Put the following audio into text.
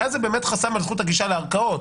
ואז זה באמת חסם על זכות הגישה לערכאות.